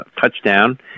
touchdown